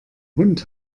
hund